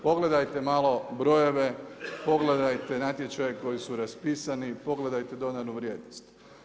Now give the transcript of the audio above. Pogledajte malo brojeve, pogledajte natječaje koji su raspisani i pogledajte dodanu vrijednost.